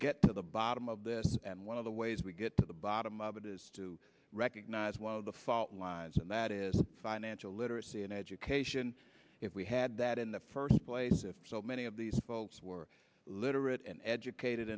get to the bottom of this and one of the ways we get to the bottom of it is to recognize one of the fault lines and that is financial literacy and education if we had that in the first place if so many of these folks were literate and educated